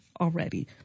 already